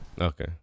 Okay